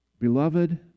beloved